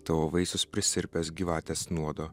tavo vaisius prisirpęs gyvatės nuodo